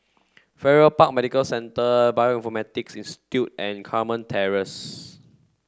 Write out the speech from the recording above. Farrer Park Medical Centre Bioinformaticsis Institute and Carmen Terrace